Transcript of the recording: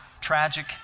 tragic